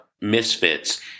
misfits